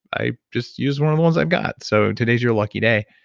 i just use one of the ones i've got, so today's your lucky day.